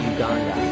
Uganda